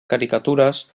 caricatures